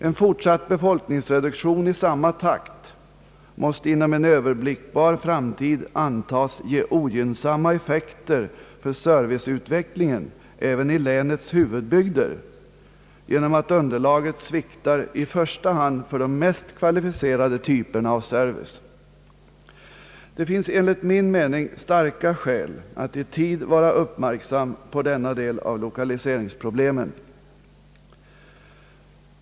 En fortsatt befolkningsreduktion i samma takt måste inom en överblickbar framtid antagas ge ogynnsamma effekter även i länets huvudbygder genom att underlaget sviktar i första hand för de mest kvalificerade typerna av Sservice. Det finns enligt min mening starka skäl att i tid vara uppmärksam på denna del av lokaliseringsproblemen.